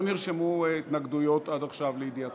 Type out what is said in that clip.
לא נרשמו התנגדויות עד עכשיו, לידיעתכם.